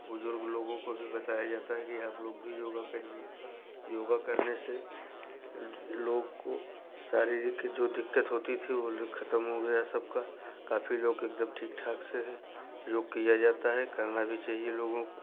बुजुर्ग लोगों को भी बताया जाता है कि आप लोग भी योग करिए योगा करने से लोग को शरीर की जो दिक्कत होती थी वो खत्म हो गया सबका काफ़ी लोग एकदम ठीक ठाक से है योग किया जाता है करना भी चाहिए लोगों को